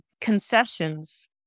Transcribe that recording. concessions